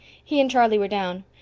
he and charlie were down.